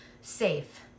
safe